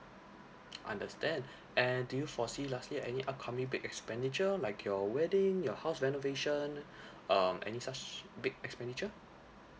understand and do you foresee lastly any upcoming big expenditure like your wedding your house renovation um any such big expenditure